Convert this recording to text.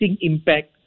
impact